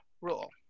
rule